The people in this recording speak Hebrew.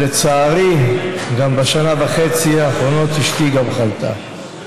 ולצערי, בשנה וחצי האחרונות גם אשתי חלתה.